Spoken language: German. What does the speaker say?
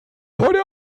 heute